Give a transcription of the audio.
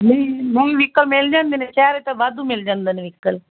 ਨਹੀਂ ਨਹੀਂ ਵਹੀਕਲ ਮਿਲ ਜਾਂਦੇ ਨੇ ਸ਼ਹਿਰ 'ਚ ਤਾਂ ਵਾਧੂ ਮਿਲ ਜਾਂਦੇ ਨੇ ਵਹੀਕਲ